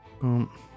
Boom